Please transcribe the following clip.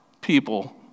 people